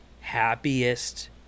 happiest